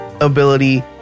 ability